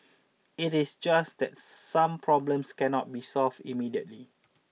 it is just that some problems cannot be solved immediately